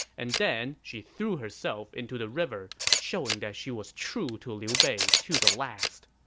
and then she threw herself into the river, showing that she was true to liu bei to the last.